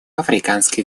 африканских